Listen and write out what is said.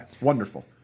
wonderful